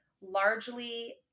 largely